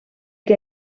que